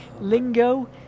lingo